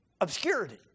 Obscurity